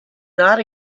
not